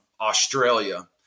Australia